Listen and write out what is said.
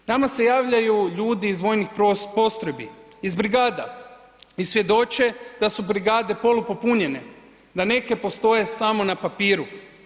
Nama se javljaju ljudi iz vojnih postrojbi, iz brigada i svjedoče da su brigade polupopunjene, da neke postoje samo na papiru.